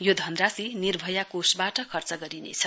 यो धनराशि निर्भया कोषवाट खर्च गरिनेछ